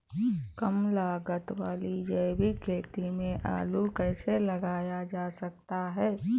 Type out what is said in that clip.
कम लागत वाली जैविक खेती में आलू कैसे लगाया जा सकता है?